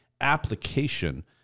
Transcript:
application